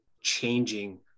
changing